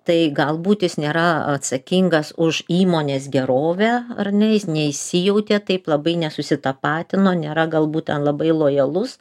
tai gal būt jis nėra atsakingas už įmonės gerovę ar ne jis neįsijautė taip labai nesusitapatino nėra galbūt ten labai lojalus